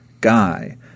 guy